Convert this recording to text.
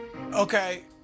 Okay